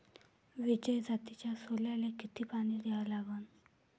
विजय जातीच्या सोल्याले किती पानी द्या लागन?